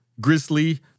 grizzly